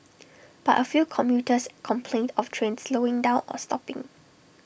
but A few commuters complained of trains slowing down or stopping